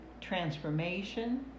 transformation